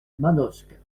manosque